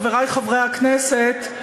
חברי חברי הכנסת,